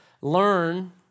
learn